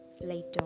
Later